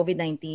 COVID-19